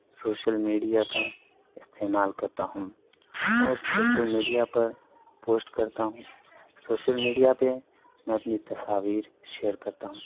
social media کا استعمال کرتا ہوں اور سوشل میڈیا پر پوسٹ کرتا ہوں سوشل میڈیا پہ میں اپنی تصاویر شیئر کرتا ہوں